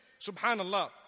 subhanallah